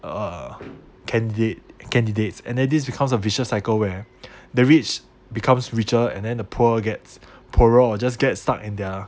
uh candidate candidates and then this becomes a vicious cycle where the rich becomes richer and then the poor gets poorer or just get stuck in their